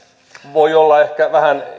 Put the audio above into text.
voi olla ehkä vähän